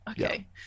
Okay